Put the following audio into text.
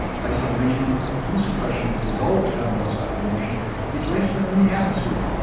based on measurements that the concentration of dissolved carbon dioxide in the ocean is less than in the atmosphere.